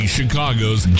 Chicago's